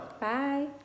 Bye